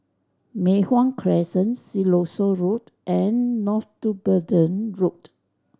Mei Hwan Crescent Siloso Road and Northumberland Road